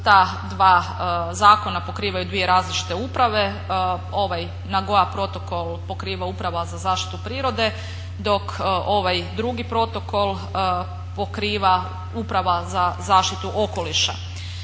ta dva zakona pokrivaju dvije različite uprave. Ovaj Nagoya protokol pokriva Uprava za zaštitu prirode, dok ovaj drugi protokol pokriva Uprava za zaštitu okoliša.